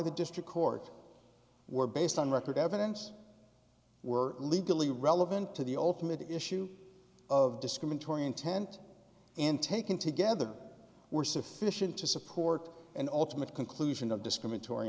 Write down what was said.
the district court were based on record evidence were legally relevant to the ultimate issue of discriminatory intent and taken together were sufficient to support an ultimate conclusion of discriminatory